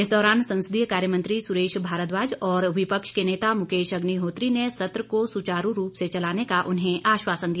इस दौरान संसदीय कार्य मंत्री सुरेश भारद्वाज और विपक्ष के नेता मुकेश अग्निहोत्री ने सत्र को सुचारू रूप से चलाने का उन्हें आश्वासन दिया